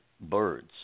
birds